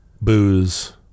booze